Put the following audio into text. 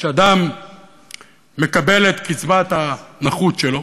שאדם מקבל את קצבת הנכות שלו